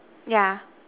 yeah